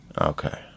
Okay